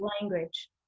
language